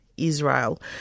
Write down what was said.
Israel